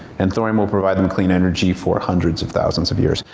and thorium will provide them clean energy for hundreds of thousands of years.